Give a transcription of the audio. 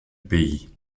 pays